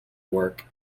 work